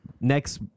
Next